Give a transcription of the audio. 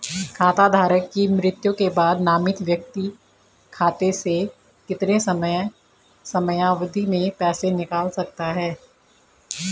खाता धारक की मृत्यु के बाद नामित व्यक्ति खाते से कितने समयावधि में पैसे निकाल सकता है?